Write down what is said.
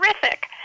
terrific